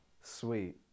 sweet